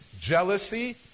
jealousy